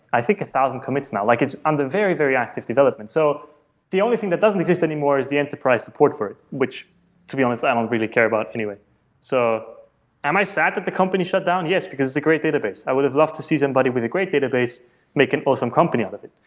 i think a thousand commits now. like it's under very, very active development. so the only thing that doesn't exist anymore is the enterprise support for it, which to be honest i don't really care about anyway so am i sad that the company shut down? yes, because it's a great database. i would've loved to see then but by doing a great database make an awesome company out of it.